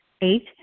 Eight